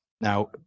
now